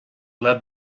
led